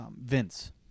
Vince